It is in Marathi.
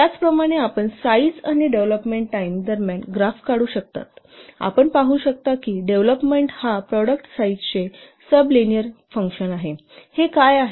त्याचप्रमाणे आपण साईज आणि डेव्हलोपमेंट टाईम दरम्यान ग्राफ काढू शकता आपण पाहू शकता की डेव्हलोपमेंट हा प्रॉडक्ट साईजचे सबलीनेअर फंक्शन आहे